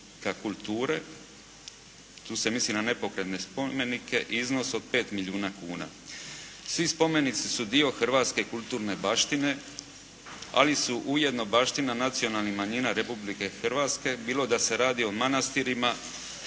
kulture. Tu se misli na nepokretne spomenike iznos od 5 milijuna kuna. Svi spomenici su dio hrvatske kulturne baštine ali su ujedno baština nacionalnih manjina Republike Hrvatske bilo da se radi o manastirima,